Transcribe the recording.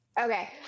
Okay